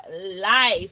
life